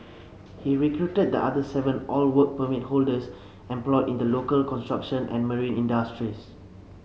he recruited the other seven all Work Permit holders employed in the local construction and marine industries